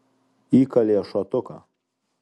įkalė šotuką